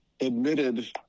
admitted